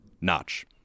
Notch